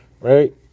right